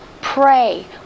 Pray